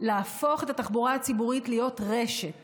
להפוך את התחבורה הציבורית להיות רשת